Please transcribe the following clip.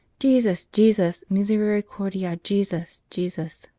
jesus! jesus! misericordia, jesus! jesus!